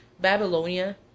Babylonia